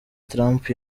trump